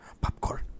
Popcorn